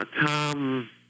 Tom